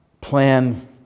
plan